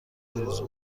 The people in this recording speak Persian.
آرزو